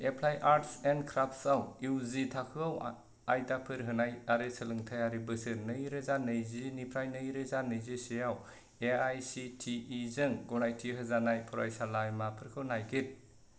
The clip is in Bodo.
एप्लाइड आर्टस एन्ड क्राफ्टस आव इउ जि थाखोआव आयदाफोर होनाय आरो सोलोंथायारि बोसोर नैरोजा नैजि नैरोजा नैजिनै आव A I C T E जों गनायथि होजानाय फरायसालिमाफोरखौ नागिर